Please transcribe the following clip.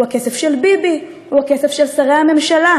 הוא הכסף של ביבי, הוא הכסף של שרי הממשלה.